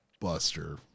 buster